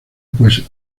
pues